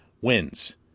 wins